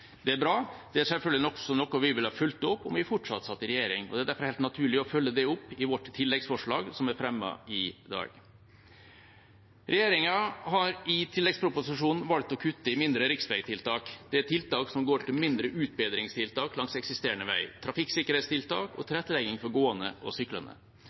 Det er bra. Det er selvfølgelig noe vi ville fulgt opp om vi fortsatt satt i regjering, og det er derfor helt naturlig å følge det opp i vårt tilleggsforslag, som er fremmet i dag. Regjeringa har i tilleggsproposisjonen valgt å kutte i mindre riksveitiltak. Det er tiltak som går til mindre utbedringstiltak langs eksisterende vei, trafikksikkerhetstiltak og tilrettelegging for gående og syklende.